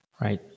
Right